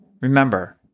remember